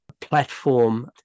platform